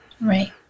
Right